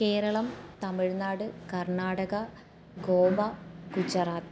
Keralam Tamil Nadu Karnataka Goa Gujarat